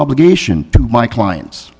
obligation to my clients